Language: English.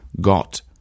got